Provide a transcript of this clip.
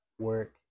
work